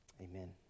amen